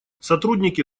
сотрудники